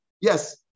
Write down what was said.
Yes